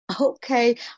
Okay